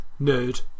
nerd